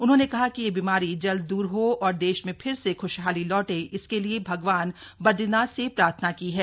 उन्होंने कहा कि यह बीमारी जल्द द्रर हो और देश में फिर से ख्शहाली लौटे इसके लिए भगवान बद्रीनाथ से प्रार्थना की है